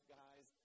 guys